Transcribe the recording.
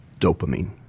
dopamine